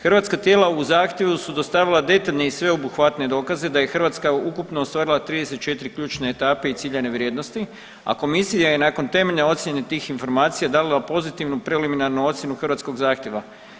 Hrvatska tijela u zahtjevu su dostavila detaljne i sveobuhvatne dokaze da je Hrvatska ukupno ostvarila 34 ključne etape i ciljane vrijednosti, a komisija je nakon temeljne ocjene tih informacija dala pozitivnu preliminarnu ocjenu hrvatskog zahtjeva.